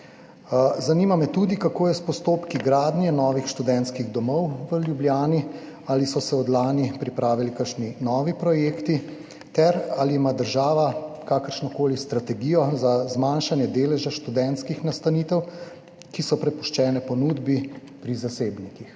zgrajeni? Kako je s postopki gradnje novih študentskih domov v Ljubljani? Ali so se od lani pripravili kakšni novi projekti? Ali ima država kakršnokoli strategijo za zmanjšanje deleža študentskih nastanitev, ki so prepuščene ponudbi pri zasebnikih?